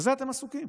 בזה אתם עסוקים.